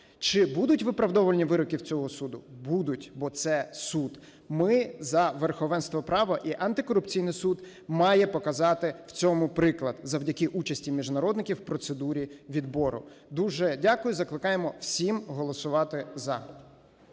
Чи будуть виправдовувальні вироки в цього суду? Будуть, бо це суд. Ми за верховенство права. І Антикорупційний суд має показати в цьому приклад завдяки участі міжнародників в процедурі відбору. Дуже дякую. Закликаємо всім голосувати – за.